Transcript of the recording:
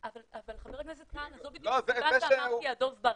חבר הכנסת כהנא, זו בדיוק הסיבה שאמרתי שהדוב ברח,